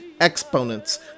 exponents